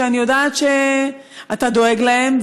שאני יודעת שאתה דואג להם.